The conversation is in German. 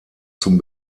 zum